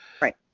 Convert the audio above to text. right